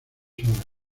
horas